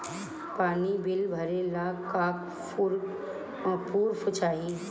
पानी बिल भरे ला का पुर्फ चाई?